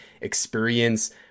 experience